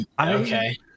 Okay